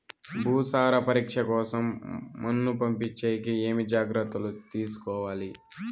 భూసార పరీక్ష కోసం మన్ను పంపించేకి ఏమి జాగ్రత్తలు తీసుకోవాలి?